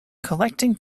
collecting